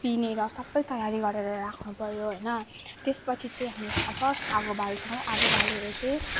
पिनेर सबै तयारी गरेर राख्नु पऱ्यो होइन त्यस पछि चाहिँ हामी फर्स्ट आगो बाल्छौँ आगो बालेर चाहिँ